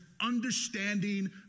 understanding